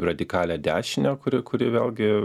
radikalią dešinę kuri kuri vėlgi